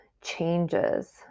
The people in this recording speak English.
changes